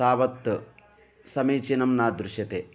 तावत् समीचीनं न दृश्यते